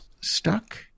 stuck